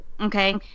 Okay